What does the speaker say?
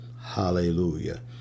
hallelujah